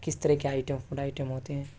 کس طرح کے آئٹم فوڈ آئٹم ہوتے ہیں